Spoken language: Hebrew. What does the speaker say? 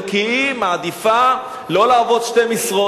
כי היא מעדיפה לא לעבוד שתי משרות.